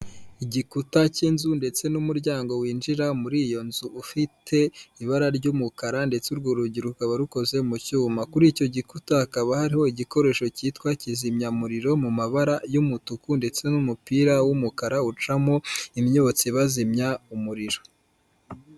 Igikuta cy'inzu ndetse n'umuryango winjira muri iyo nzu ufite ibara ry'umukara ndetse urwo rugi rukaba rukoze mu cyuma. Kuri icyo gikuta hakaba hariho igikoresho cyitwa kizimyamuriro mu mabara y'umutuku ndetse n'umupira w'umukara ucamo, imyotsi bazimya umuriro.